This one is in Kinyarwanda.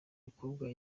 mukobwa